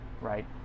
right